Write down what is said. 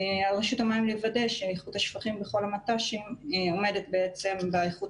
על רשות המים לוודא שאיכות השפכים בכל המט"שים עומדת באיכות